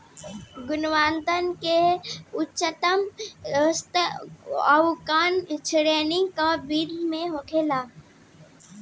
गुणवत्ता क उच्चतम स्तर कउना श्रेणी क बीज मे होला?